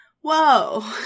whoa